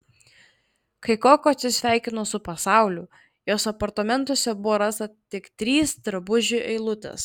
kai koko atsisveikino su pasauliu jos apartamentuose buvo rasta tik trys drabužių eilutės